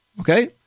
Okay